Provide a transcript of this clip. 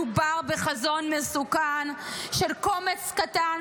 מדובר בחזון מסוכן של קומץ קטן,